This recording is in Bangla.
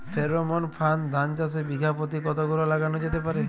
ফ্রেরোমন ফাঁদ ধান চাষে বিঘা পতি কতগুলো লাগানো যেতে পারে?